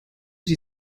die